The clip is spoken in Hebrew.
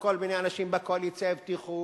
וכל מיני אנשים בקואליציה הבטיחו,